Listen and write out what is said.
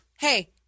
hey